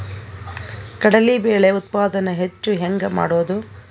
ಕಡಲಿ ಬೇಳೆ ಉತ್ಪಾದನ ಹೆಚ್ಚು ಹೆಂಗ ಮಾಡೊದು?